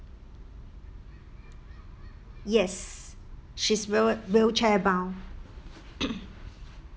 yes she's wheel~ wheelchair bound